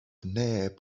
neb